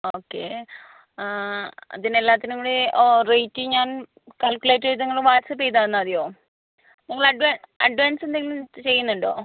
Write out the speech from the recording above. okay ആ അതിനെല്ലാറ്റിനും കൂടി ഓ റേറ്റ് ഞാൻ കാൽകുലേറ്റ് ചെയ്തു നിങ്ങൾ വാട്സഅപ്പ് ചെയ്തു തന്നാൽ മതിയോ നിങ്ങൾ അഡ്വ അഡ്വാൻസ് എന്തെങ്കിലും ചെയ്യുന്നുണ്ടോ